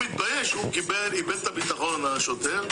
האמת שבשבילך הייתי מוותר על ההיוועצות,